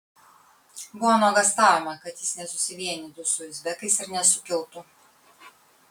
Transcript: buvo nuogąstaujama kad jis nesusivienytų su uzbekais ir nesukiltų